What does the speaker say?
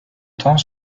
temps